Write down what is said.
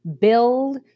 build